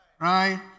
right